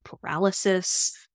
paralysis